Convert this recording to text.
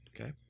okay